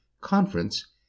conference